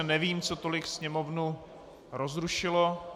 Nevím, co tolik sněmovnu rozrušilo.